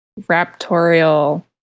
raptorial